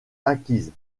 acquises